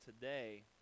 today